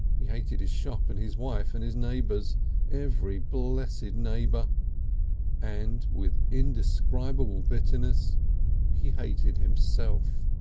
he hated his shop and his wife and his neighbours every blessed neighbour and with indescribable bitterness he hated himself.